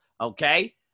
okay